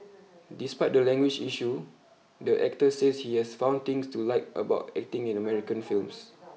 despite the language issue the actor says he has found things to like about acting in American films